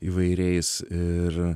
įvairiais ir